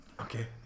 Okay